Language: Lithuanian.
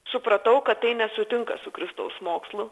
supratau kad tai nesutinka su kristaus mokslu